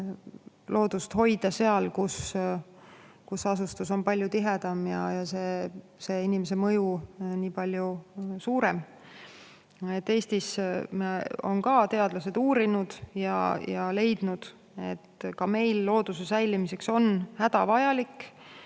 loodust hoida seal, kus asustus on palju tihedam ja inimese mõju nii palju suurem. Eestis on ka teadlased seda uurinud ja leidnud, et ka meil on looduse säilimiseks hädavajalik,